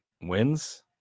wins